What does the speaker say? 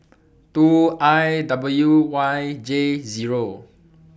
two I W Y J Zero